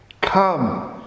come